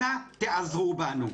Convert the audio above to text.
אנא, תיעזרו בנו.